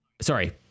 sorry